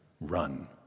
run